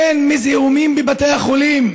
כן, מזיהומים בבתי החולים.